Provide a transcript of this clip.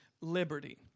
liberty